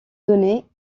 données